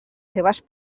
seves